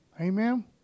amen